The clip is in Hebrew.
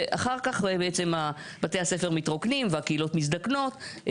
ואחר כך בעצם בתי הספר מתרוקנים והקהילות מזדקנות,